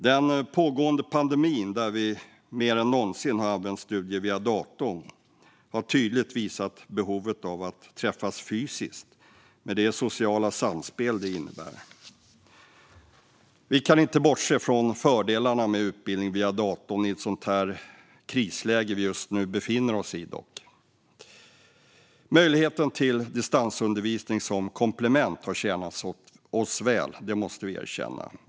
Den pågående pandemin, där vi mer än någonsin har använt studier via datorn, har tydligt visat på behovet av att träffas fysiskt med det sociala samspel det innebär. Vi kan dock inte bortse från fördelarna med utbildning via datorn i en sådant krisläge vi just nu befinner oss i. Möjligheten till distansundervisning som komplement har tjänat oss väl. Det måste vi erkänna.